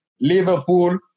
Liverpool